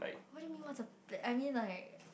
what do you mean what's a I mean like